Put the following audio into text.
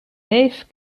neef